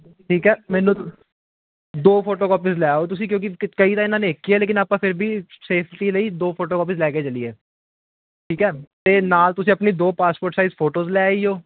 ਠੀਕ ਹੈ ਮੈਨੂੰ ਦੋ ਫੋਟੋ ਕਾਪੀਸ ਲੈ ਆਓ ਤੁਸੀਂ ਕਿਉਂਕਿ ਕਈ ਦਾ ਇਹਨਾਂ ਨੇ ਕਿ ਲੇਕਿਨ ਆਪਾਂ ਫਿਰ ਵੀ ਸੇਫਟੀ ਲਈ ਦੋ ਫੋਟੋ ਕੋਪੀਜ ਲੈ ਕੇ ਚਲੀਏ ਠੀਕ ਹੈ ਅਤੇ ਨਾਲ ਤੁਸੀਂ ਆਪਣੀ ਦੋ ਪਾਸਪੋਰਟ ਸਾਈਜ਼ ਫੋਟੋਜ਼ ਲੈ ਆਈਓ